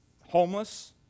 homeless